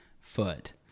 foot